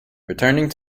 returning